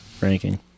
ranking